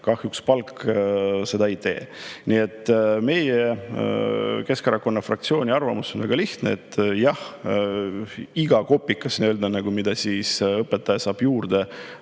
kahjuks palk seda ei tee. Nii et meie, Keskerakonna fraktsiooni arvamus on väga lihtne: jah, iga kopikas, mis õpetaja saab juurde,